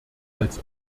als